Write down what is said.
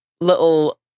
little